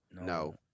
No